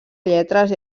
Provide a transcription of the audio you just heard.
lletres